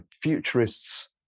futurists